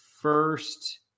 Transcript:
first